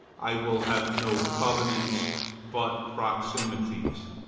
i will have no covenants but proximities.